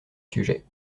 sujet